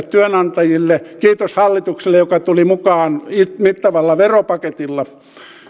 työnantajille kiitos hallitukselle joka tuli mukaan mittavalla veropaketilla